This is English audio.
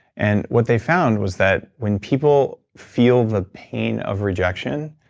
and what they found was that when people feel the pain of rejection,